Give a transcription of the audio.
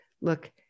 look